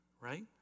right